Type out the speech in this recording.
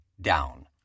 down